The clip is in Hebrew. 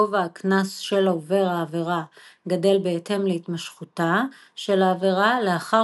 גובה הקנס של עובר העבירה גדל בהתאם להתמשכותה של העבירה לאחר